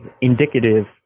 indicative